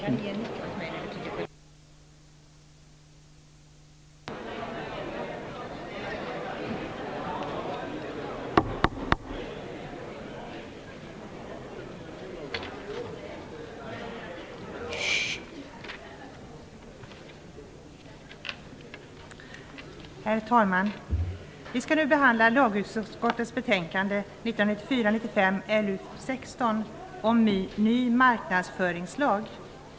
Herr talman! Vi skall nu behandla lagutskottets betänkande 1994/95:LU16 Ny marknadsföringslag.